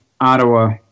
Ottawa